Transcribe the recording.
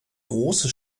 große